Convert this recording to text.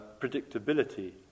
predictability